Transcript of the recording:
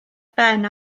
ben